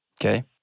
Okay